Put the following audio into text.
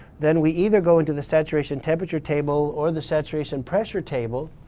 then we either go into the saturation temperature table or the saturation pressure table.